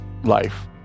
life